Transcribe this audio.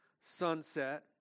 sunset